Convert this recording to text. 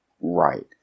right